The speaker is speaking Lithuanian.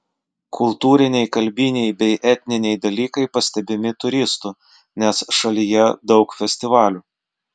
kultūriniai kalbiniai bei etniniai dalykai pastebimi turistų nes šalyje daug festivalių